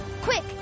Quick